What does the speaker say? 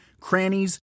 crannies